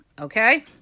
okay